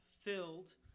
filled